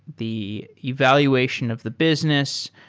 the evaluation of the business.